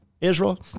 Israel